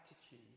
attitude